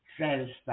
satisfied